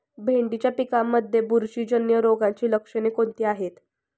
भेंडीच्या पिकांमध्ये बुरशीजन्य रोगाची लक्षणे कोणती आहेत?